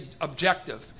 objective